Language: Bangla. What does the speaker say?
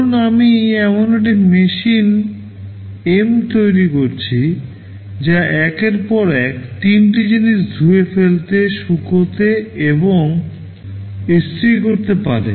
ধরুন আমি এমন একটি মেশিন M তৈরি করেছি যা একের পর এক তিনটি জিনিস ধুয়ে ফেলতে শুকনো এবং ইস্ত্রি করতে পারে